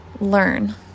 learn